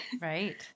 right